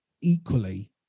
equally